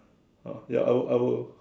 ah ya I will I will